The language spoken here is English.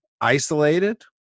isolated